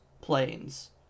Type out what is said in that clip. Planes